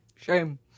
Shame